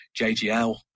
JGL